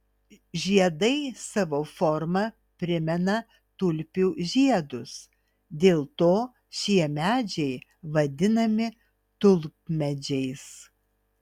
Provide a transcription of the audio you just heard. žiedai savo forma primena tulpių žiedus dėl to šie medžiai ir vadinami tulpmedžiais